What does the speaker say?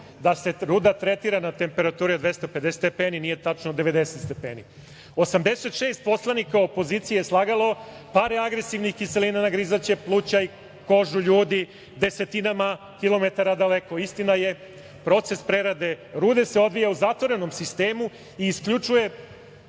da se ruda tretira na temperaturi od 250 stepeni. Nije tačno, 90 stepeni. Osamdeset šest poslanika opozicije je slagalo - pare agresivnih kiselina nagrizaće pluća i kožu ljudi desetinama kilometara daleko. Istina je proces prerade rude odvija se u zatvorenom sistemu i isključuje